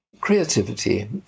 creativity